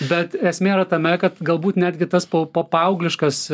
bet esmė yra tame kad galbūt netgi tas po po paaugliškas